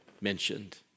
mentioned